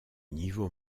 niveau